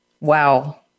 Wow